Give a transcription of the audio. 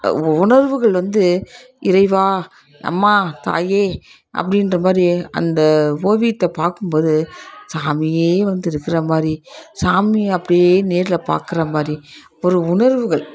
உ உணர்வுகள் வந்து இறைவா அம்மா தாயே அப்படின்ற மாதிரி அந்த ஓவியத்தை பார்க்கும்போது சாமியே வந்திருக்கற மாதிரி சாமி அப்படியே நேரில் பார்க்கற மாதிரி ஒரு உணர்வுகள்